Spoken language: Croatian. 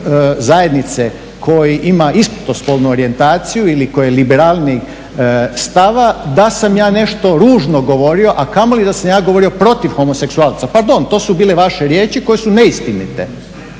dio zajednice koji ima istospolnu orijentaciju ili koji je liberalnijeg stava da sam ja nešto ružno govorio, a kamoli da sam ja govorio protiv homoseksualaca. Pardon, to su bile vaše riječi koje su neistine,